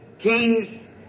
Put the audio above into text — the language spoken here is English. kings